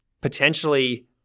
potentially